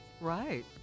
Right